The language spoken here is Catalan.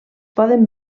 poden